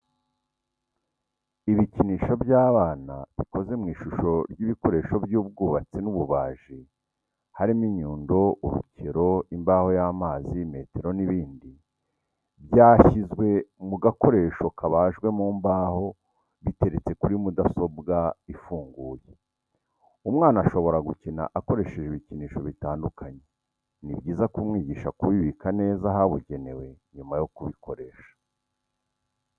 Ibikinisho by'abana bikoze mu ishusho y'ibikoresho by'ubwubatsi n'ububaji harimo inyundo, urukero, imbaho y'amazi, metero n'ibindi byashyizwe mu gakoresho kabajwe mu mbaho biteretse kuri mudasobwa ifunguye. umwana ashobora gukina akoresheje ibikinisho bitandukanye ni byiza kumwigisha kubibika neza ahabugenewe nyuma yo kubikoresha.